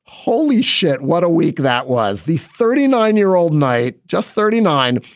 holy shit, what a week. that was the thirty nine year old knight, just thirty nine,